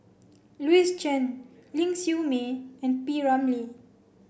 Louis Chen Ling Siew May and P Ramlee